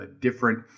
different